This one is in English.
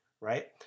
right